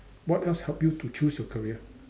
what else help you to choose your career